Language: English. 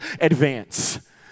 advance